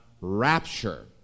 rapture